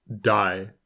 die